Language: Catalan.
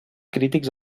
crítics